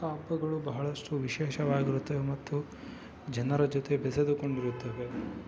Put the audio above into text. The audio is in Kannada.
ಆ ಹಬ್ಬಗಳು ಬಹಳಷ್ಟು ವಿಶೇಷವಾಗಿರುತ್ತವೆ ಮತ್ತು ಜನರ ಜೊತೆ ಬೆಸೆದುಕೊಂಡಿರುತ್ತವೆ